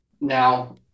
Now